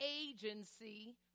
agency